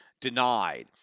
denied